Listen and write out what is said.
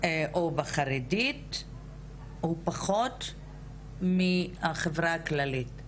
או בחרדית הוא פחות מהחברה הכללית?